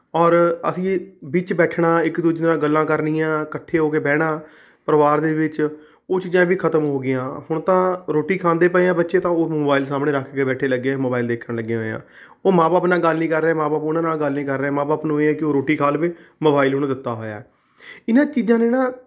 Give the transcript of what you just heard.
ਔਰ ਅਸੀਂ ਵਿੱਚ ਬੈਠਣਾ ਇੱਕ ਦੂਜੇ ਨਾਲ ਗੱਲਾਂ ਕਰਨੀਆਂ ਇਕੱਠੇ ਹੋ ਕੇ ਬਹਿਣਾ ਪਰਿਵਾਰ ਦੇ ਵਿੱਚ ਉਹ ਚੀਜ਼ਾਂ ਵੀ ਖਤਮ ਹੋ ਗਈਆਂ ਹੁਣ ਤਾਂ ਰੋਟੀ ਖਾਂਦੇ ਪਏ ਹਾਂ ਬੱਚੇ ਤਾਂ ਉਹ ਮੋਬਾਈਲ ਸਾਹਮਣੇ ਰੱਖ ਕੇ ਬੈਠੇ ਲੱਗੇ ਮੋਬਾਇਲ ਦੇਖਣ ਲੱਗੇ ਹੋਏ ਆ ਉਹ ਮਾਂ ਬਾਪ ਨਾਲ ਗੱਲ ਨਹੀਂ ਕਰ ਰਹੇ ਮਾਂ ਬਾਪ ਉਹਨਾਂ ਨਾਲ ਗੱਲ ਨਹੀਂ ਕਰ ਰਹੇ ਮਾਂ ਬਾਪ ਨੂੰ ਇਹ ਹੈ ਕਿ ਉਹ ਰੋਟੀ ਖਾ ਲਵੇ ਮੋਬਾਈਲ ਉਹਨੂੰ ਦਿੱਤਾ ਹੋਇਆ ਇਹਨਾਂ ਚੀਜ਼ਾਂ ਨੇ ਨਾ